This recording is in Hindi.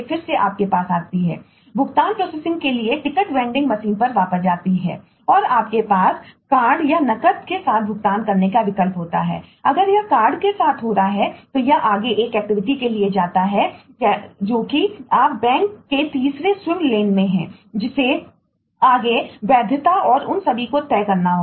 फिर टिकट वेंडिंग मशीन में है जिसे आगे वैधता और उन सभी को तय करना होगा